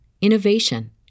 innovation